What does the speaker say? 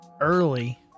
early